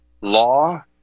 Law